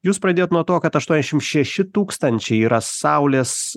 jūs pradėjot nuo to kad aštuoniasdešimt šeši tūkstančiai yra saulės